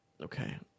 Okay